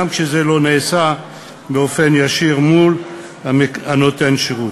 גם כשזה לא נעשה באופן ישיר מול נותן השירות.